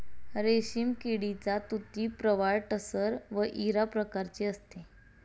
रेशीम किडीची तुती प्रवाळ टसर व इरा प्रकारची असते